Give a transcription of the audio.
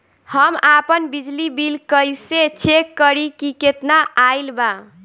हम आपन बिजली बिल कइसे चेक करि की केतना आइल बा?